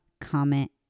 comment